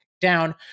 down